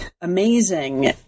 amazing